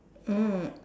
mm